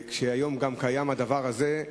היום קיים גם הדבר הזה,